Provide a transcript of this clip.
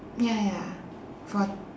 ya ya for